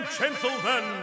gentlemen